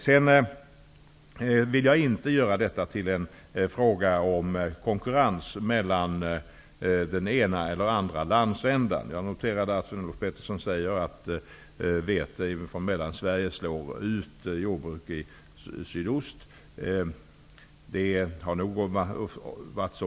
Jag vill inte göra detta till en fråga om konkurrens mellan den ena eller den andra landsändan. Jag noterade att Sven-Olof Petersson sade att vete från Mellansverige slår ut jordbruk i sydost.